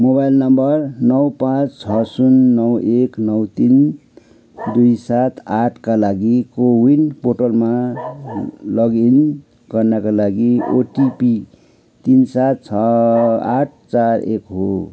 mobile number नौ पाँच छ शून्य नौ एक नौ तिन दुई सात आठका लागि कोविन पोर्टलमा लगइन गर्नाका लागि ओटिपी तिन सात छ आठ चार एक हो